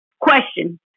Question